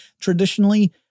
traditionally